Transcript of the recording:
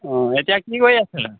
অ' এতিয়া কি কৰি আছ'